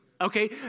Okay